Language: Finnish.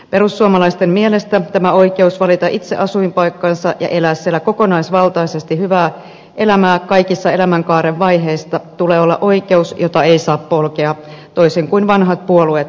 perussuomalaisten mielestä tämän oikeuden valita itse asuinpaikkansa ja elää siellä kokonaisvaltaisesti hyvää elämää kaikissa elämänkaaren vaiheissa tulee olla oikeus jota ei saa polkea toisin kuin vanhat puolueet nyt tekevät